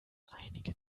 einige